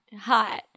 Hot